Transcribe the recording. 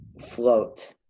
Float